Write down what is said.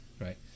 right